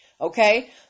Okay